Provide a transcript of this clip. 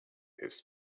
his